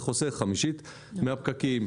זה חוסך חמישית מהפקקים,